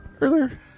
earlier